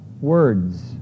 words